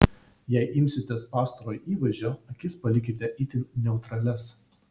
jei imsitės pastarojo įvaizdžio akis palikite itin neutralias